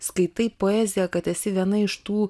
skaitai poeziją kad esi viena iš tų